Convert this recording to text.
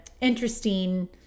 interesting